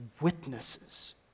witnesses